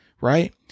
right